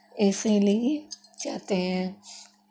इसीलिए चाहते हैं